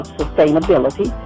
sustainability